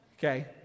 Okay